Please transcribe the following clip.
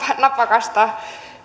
napakasta